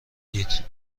دید